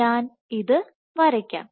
ഞാൻ ഇത് വരയ്ക്കാം